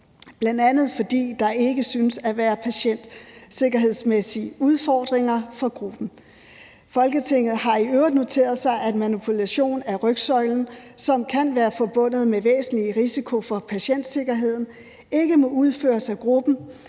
bl.a. fordi der ikke synes at være patientsikkerhedsmæssige udfordringer for gruppen. Folketinget har i øvrigt noteret sig, at manipulation af rygsøjlen, som kan være forbundet med væsentlig risiko for patientsikkerheden, ikke må udføres af gruppen,